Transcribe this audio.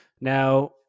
Now